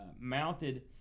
mounted